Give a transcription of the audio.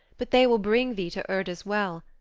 but they will bring thee to urda's well,